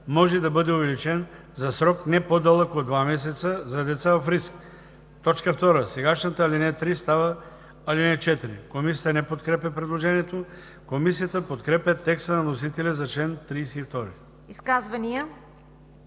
може да бъде увеличен за срок, не по-дълъг от два месеца, за деца в риск.“ 2. Сегашната ал. 3 става ал. 4.“ Комисията не подкрепя предложението. Комисията подкрепя текста на вносителя за чл. 32. ПРЕДСЕДАТЕЛ